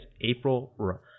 April